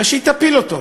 אז שהיא תפיל אותו,